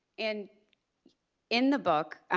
and in the book